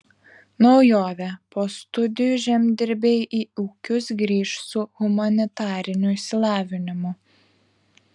naujovė po studijų žemdirbiai į ūkius grįš su humanitariniu išsilavinimu